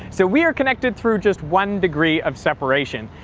so we are connected through just one degree of separation.